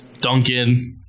Duncan